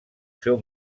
seu